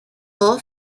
all